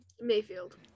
Mayfield